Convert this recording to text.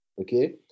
okay